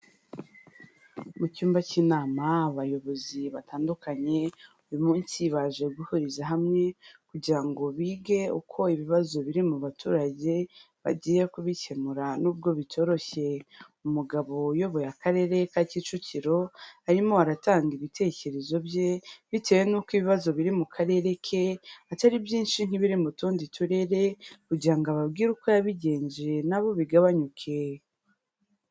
Mu cyumba cy'inama abayobozi batandukanye uyu munsi baje guhuriza hamwe kugira ngo bige uko ibibazo biri mu baturage bagiye kubikemura nubwo bitoroshye. Umugabo uyoboye Akarere ka Kicukiro arimo aratanga ibitekerezo bye bitewe n'uko ibibazo biri mu Karere ke atari byinshi nk'ibiri mu tundi turere, kugira ngo ababwire uko yabigenje nabo bigabanyuke.